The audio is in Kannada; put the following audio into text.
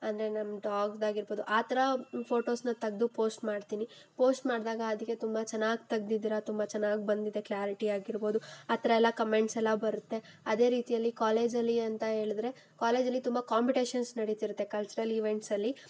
ಅಂದರೆ ನಮ್ಮ ಡಾಗ್ದಾಗಿರ್ಬೋದು ಆ ಥರ ಫೋಟೋಸನ್ನ ತೆಗ್ದು ಪೋಸ್ಟ್ ಮಾಡ್ತೀನಿ ಪೋಸ್ಟ್ ಮಾಡಿದಾಗ ಅದಕ್ಕೆ ತುಂಬ ಚೆನ್ನಾಗಿ ತೆಗ್ದಿದ್ದೀರ ತುಂಬ ಚೆನ್ನಾಗಿ ಬಂದಿದೆ ಕ್ಲಾರಿಟಿ ಆಗಿರ್ಬೋದು ಆ ಥರ ಎಲ್ಲ ಕಮೆಂಟ್ಸೆಲ್ಲ ಬರುತ್ತೆ ಅದೇ ರೀತಿಯಲ್ಲಿ ಕಾಲೇಜಲ್ಲಿ ಅಂತ ಹೇಳದ್ರೆ ಕಾಲೇಜಲ್ಲಿ ತುಂಬ ಕಾಂಪಿಟೇಷನ್ಸ್ ನಡೀತಿರುತ್ತೆ ಕಲ್ಚರಲ್ ಇವೆಂಟ್ಸಲ್ಲಿ